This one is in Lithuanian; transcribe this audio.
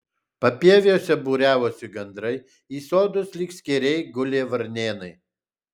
papieviuose būriavosi gandrai į sodus lyg skėriai gulė varnėnai